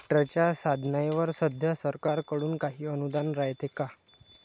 ट्रॅक्टरच्या साधनाईवर सध्या सरकार कडून काही अनुदान रायते का?